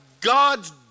God's